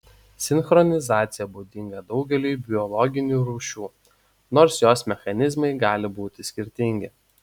sinchronizacija būdinga daugeliui biologinių rūšių nors jos mechanizmai gali būti skirtingi